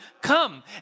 come